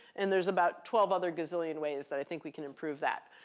and there's about twelve other gazillion ways that i think we can improve that.